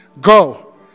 Go